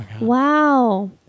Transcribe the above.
Wow